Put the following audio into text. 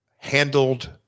handled